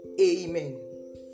Amen